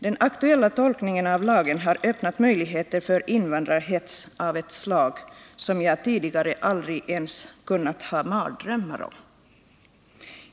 Den aktuella tolkningen av lagen har öppnat möjligheter för invandrarhets av ett slag som jag tidigare aldrig ens kunnat ha mardrömmar om.